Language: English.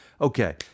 Okay